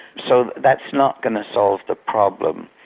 so that's not going to solve the problem.